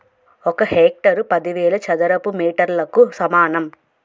ఒక హెక్టారు పదివేల చదరపు మీటర్లకు సమానం